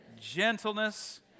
gentleness